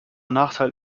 nachteil